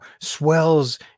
swells